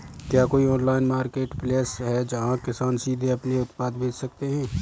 क्या कोई online marketplace है जहाँ किसान सीधे अपने उत्पाद बेच सकते हैं?